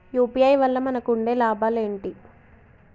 UPI వల్ల మనకు ఉండే లాభాలు ఏంటి?